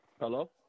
Hello